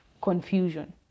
confusion